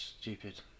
Stupid